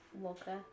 Walker